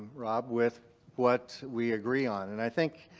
rob, with what we agree on and i think